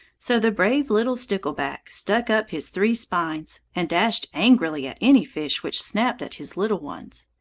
so the brave little stickleback stuck up his three spines, and dashed angrily at any fish which snapped at his little ones.